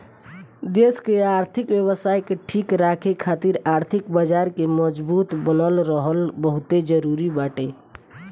देस के आर्थिक व्यवस्था के ठीक राखे खातिर आर्थिक बाजार के मजबूत बनल रहल बहुते जरुरी बाटे